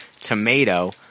tomato